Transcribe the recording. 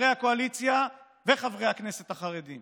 חברי הקואליציה וחברי הכנסת החרדים